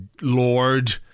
lord